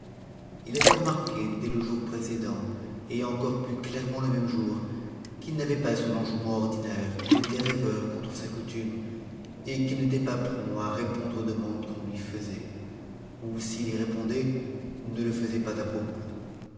h avait remarqué dès le jour précédent et encore plus clairement le même jour qu'il n'avait pas son enjouement i ait'o qu'i était rêvcnr contre sa coutume et qu'il n'était pas prompt s répondre aux demandes qu'on lui faisait ou s'il y répondait ne le faisait j'hs propos